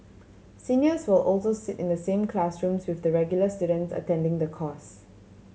seniors will also sit in the same classrooms with the regular students attending the course